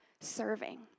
serving